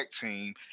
team